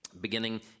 beginning